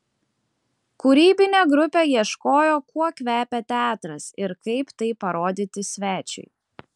kūrybinė grupė ieškojo kuo kvepia teatras ir kaip tai parodyti svečiui